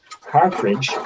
cartridge